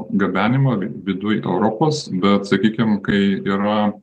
gabenimą viduj europos bet sakykim kai yra